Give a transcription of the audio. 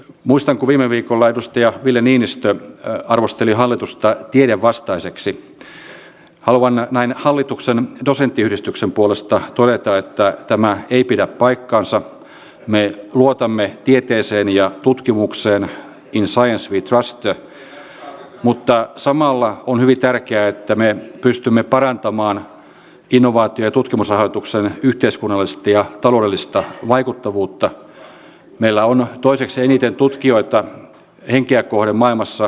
tavallaan meidän on vihellettävä se peli jossain kohtaa poikki ja nyt kun meillä on tämä taloudellinen tilanne meillä on maahanmuuttajien valtava vyöry tänne kiitos sen että vanhat puolueet ovat hyväksyneet sellaiset kansainväliset sopimukset että tänne voi tulla niin kuin ovista ja ikkunoista niin meillä on nyt tämä tilanne että meidän on tasapainotettava taloutta